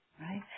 right